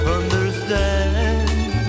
understand